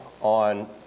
on